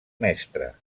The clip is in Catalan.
mestra